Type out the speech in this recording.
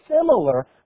similar